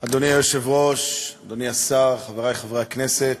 אדוני היושב-ראש, אדוני השר, חברי חברי הכנסת,